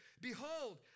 Behold